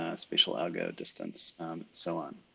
ah spatial algo distance so on.